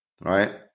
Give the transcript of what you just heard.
right